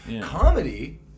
Comedy